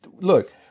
look